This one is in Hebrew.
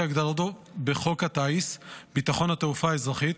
כהגדרתו בחוק הטיס (ביטחון התעופה האזרחית),